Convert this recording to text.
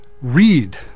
read